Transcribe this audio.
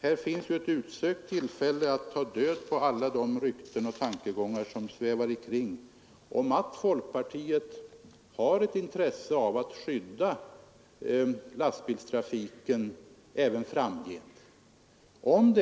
Det här är ju ett utsökt tillfälle att ta död på alla de rykten och tankegångar som svävar ikring om att folkpartiet har ett intresse av att skydda lastbilstrafiken även framgent.